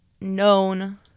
known